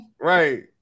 right